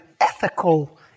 ethical